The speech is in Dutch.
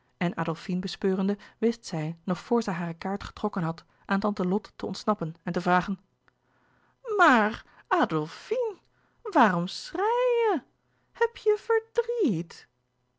en adolfine bespeurende wist zij nog voor zij hare kaart getrokken had aan tante lot te ontsnappen en te vragen maar adlfine waarom schrei èi je heb je verdrie ièt